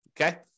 Okay